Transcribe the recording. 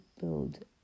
build